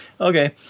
okay